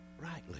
rightly